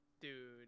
Dude